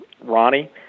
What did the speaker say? Ronnie